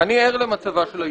אני ער למצבה של העיתונות,